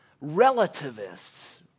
relativists